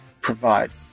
provide